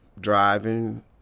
driving